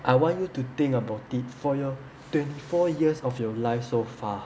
I want you to think about it for your twenty four years of your life so far